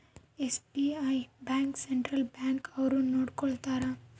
SBI bank central bank ಅವ್ರು ನೊಡ್ಕೋತರ